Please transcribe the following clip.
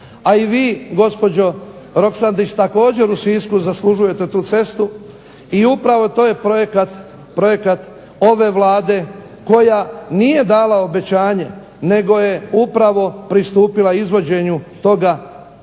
a i vi gospođo Roksandić također u Sisku zaslužujete tu cestu i upravo to je projekt ove Vlade koja nije dala obećanje nego je upravo pristupila izvođenju toga velikog